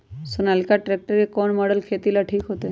Sonalika tractor के कौन model खेती ला ठीक होतै?